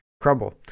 crumble